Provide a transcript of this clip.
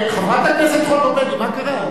חברת הכנסת חוטובלי, מה קרה?